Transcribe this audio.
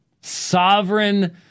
sovereign